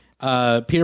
Peter